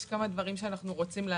יש כמה דברים שאנחנו רוצים להשלים.